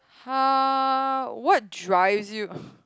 how what drives you